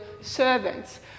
servants